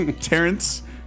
Terrence